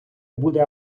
буде